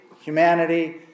Humanity